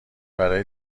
برای